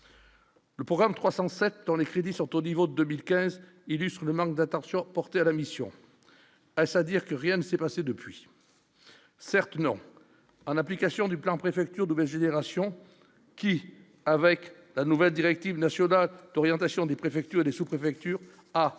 Le programme 307 dans les crédits sont au niveau 2015 illustrent le manque d'attention portée à la mission, c'est-à-dire que rien ne s'est passé depuis, certes non, en application du plan préfecture nouvelle génération qui, avec la nouvelle directive nationale d'orientation des préfectures et sous-préfectures à